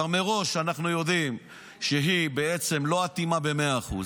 כבר מראש אנחנו יודעים שהיא בעצם לא אטומה במאה אחוז,